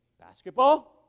Basketball